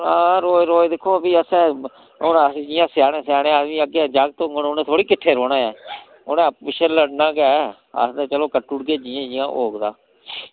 हां रोज रोज दिक्खो आं भी असें हून अस जि'यां स्याने स्याने आई गे अग्गें जागत होङन उ'नें थोह्ड़े किट्ठे रौह्ना ऐ उ'नें आपू पिच्छें लड़ना गै ऐ अस ते चलो कट्टी ओड़गे जि'यां जि'यां होग तां